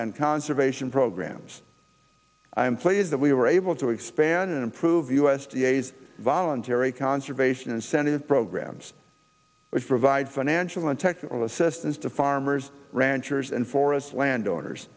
and conservation programs i'm pleased that we were able to expand and improve u s d a is voluntary conservation incentive programs which provide financial and technical assistance to farmers ranchers and forest land